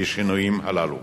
בשינויים הללו.